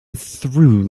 through